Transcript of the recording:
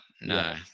No